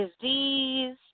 disease